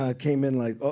ah came in like,